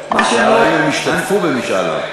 אבל אם הם ישתתפו במשאל עם.